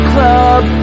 Club